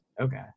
Okay